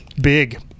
Big